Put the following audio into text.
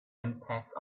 impact